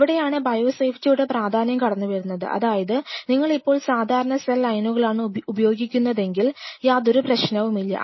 ഇവിടെയാണ് ബയോ സേഫ്റ്റിയുടെ പ്രാധാന്യം കടന്നുവരുന്നത് അതായത് നിങ്ങൾ ഇപ്പോൾ സാധാരണ സെൽ ലൈനുകളാണ് ഉപയോഗിക്കുന്നതെങ്കിൽ യാതൊരു പ്രശ്നവുമില്ല